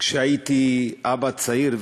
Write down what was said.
כשהייתי אבא צעיר,